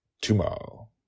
tomorrow